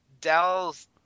Dell's